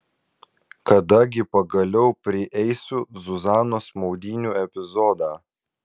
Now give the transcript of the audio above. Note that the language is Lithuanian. kada gi pagaliau prieisiu zuzanos maudynių epizodą